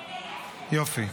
יופי.